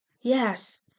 Yes